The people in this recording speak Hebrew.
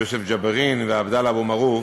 יוסף ג'בארין ועבדאללה אבו מערוף,